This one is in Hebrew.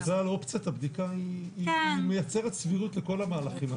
אופציית הבדיקה היא מייצרת סבירות לכל המהלכים.